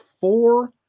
four